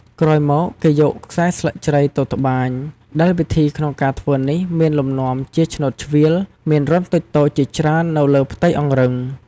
ក្រោយមកគេយកខ្សែស្លឹកជ្រៃទៅត្បាញ ដែលវិធីក្នុងការធ្វើនេះមានលំនាំជា ឆ្នូតឆ្វៀល មានរន្ធតូចៗជាច្រើននៅលើផ្ទៃអង្រឹង។